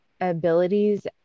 abilities